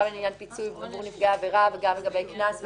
גם לגבי עניין פיצוי עבור נפגע העבירה וגם לגבי קנס,